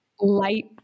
light